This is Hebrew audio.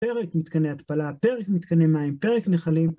פרק מתקני התפלה, פרק מתקני מים, פרק נחלים